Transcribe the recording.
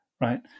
right